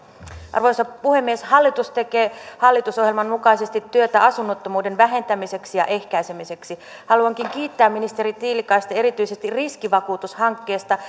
arvoisa puhemies hallitus tekee hallitusohjelman mukaisesti työtä asunnottomuuden vähentämiseksi ja ehkäisemiseksi haluankin kiittää ministeri tiilikaista erityisesti riskivakuutushankkeesta